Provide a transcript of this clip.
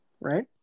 right